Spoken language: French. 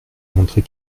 montrer